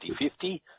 50-50